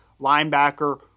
linebacker